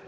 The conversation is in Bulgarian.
–